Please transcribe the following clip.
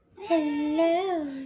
Hello